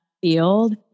field